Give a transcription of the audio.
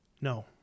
No